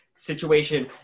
situation